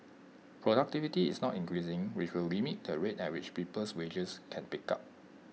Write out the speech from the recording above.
productivity is not increasing which will limit the rate at which people's wages can pick up